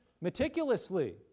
meticulously